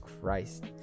Christ